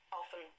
often